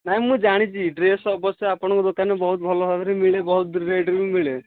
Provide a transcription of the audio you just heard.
ନାହିଁ ମୁଁ ଜାଣିଛି ଡ୍ରେସ୍ ଅବଶ୍ୟ ଆପଣଙ୍କ ଦୋକାନରେ ବହୁତ ଭଲ ଭଲ ମିଳେ ବହୁତ ଭଲ ରେଟ୍ରେ ବି ମିଳେ